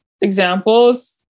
examples